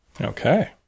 Okay